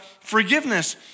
forgiveness